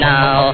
Now